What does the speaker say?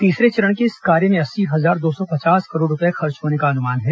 तीसरे चरण के इस कार्य में अस्सी हजार दो सौ पचास करोड़ रूपये खर्च होने का अनुमान है